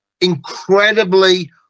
incredibly